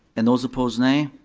and those opposed nay,